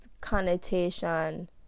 connotation